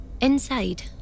Inside